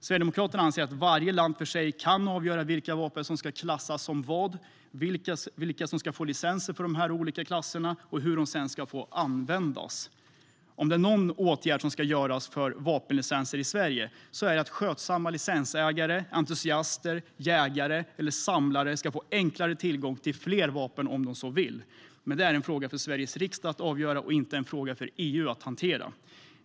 Sverigedemokraterna anser att varje land för sig självt kan avgöra vilka vapen som ska klassas som vad, vilka som ska få licenser för de olika klasserna och hur vapnen ska få användas. Om det är någon åtgärd som ska vidtas när det gäller vapenlicenser i Sverige är det att skötsamma licenshavare, entusiaster, jägare eller samlare ska få enklare tillgång till fler vapen om de så vill. Det är dock en fråga för Sveriges riksdag att avgöra och inte en fråga för EU att hantera.